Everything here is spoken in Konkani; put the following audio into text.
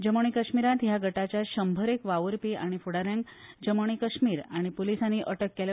जम्मू काश्मीरांत ह्या गटाच्या शंभरेक वावुरपी आनी फुडा यांक जम्मू आनी कश्मीर आनी पुलिसांनी अटक केल्या